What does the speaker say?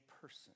person